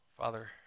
Father